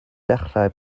ddechrau